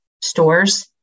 stores